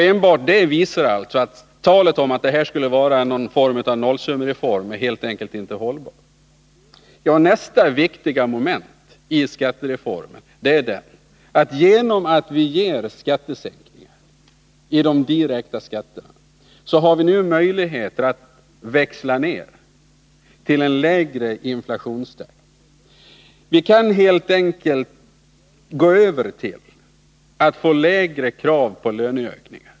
Enbart det visar att talet om reformen som något slags nollsummereform inte håller. Nästa viktiga moment i skattereformen är att vi genom att sänka de direkta skatterna har möjlighet att växla ned till en lägre inflationstakt. Vi kan helt enkelt åstadkomma lägre krav på löneökningar.